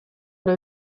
dans